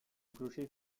clocher